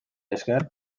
esker